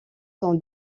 son